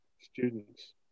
students